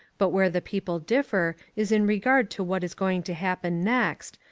but where the people differ is in regard to what is going to happen next,